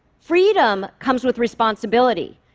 freedom comes with responsibility.